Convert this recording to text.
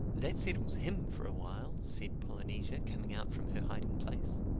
that settles him for a while, said polynesia coming out from her hiding-place.